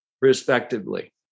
respectively